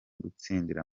gutsindira